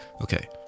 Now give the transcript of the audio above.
Okay